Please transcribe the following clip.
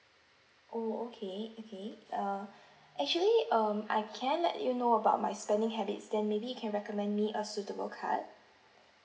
oh okay okay uh actually um I can let you know about my spending habits then maybe you can recommend me a suitable card